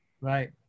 Right